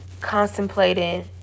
contemplating